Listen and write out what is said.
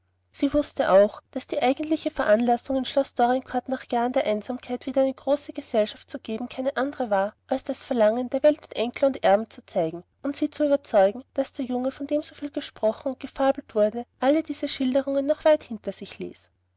sie wußte auch daß die eigentliche veranlassung in schloß dorincourt nach jahren der einsamkeit wieder eine große gesellschaft zu geben keine andre war als das verlangen der welt den enkel und erben zu zeigen und sie zu überzeugen daß der junge von dem so viel gesprochen und gefabelt wurde alle diese schilderungen noch weit hinter sich ließ